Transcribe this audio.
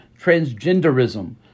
transgenderism